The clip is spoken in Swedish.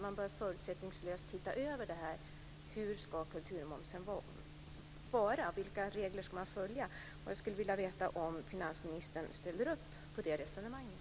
Man bör förutsättningslöst se över vilka regler som ska gälla för kulturmomsen. Ställer sig finansministern bakom det resonemanget?